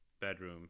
bedroom